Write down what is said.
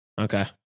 okay